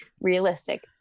realistic